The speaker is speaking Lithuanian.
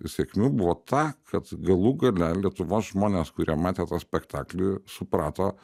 sėkmių buvo ta kad galų gale lietuvos žmonės kurie matė tą spektaklį suprato